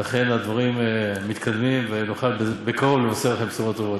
אכן הדברים מתקדמים ונוכל בקרוב לבשר לכם בשורות טובות.